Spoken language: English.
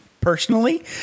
personally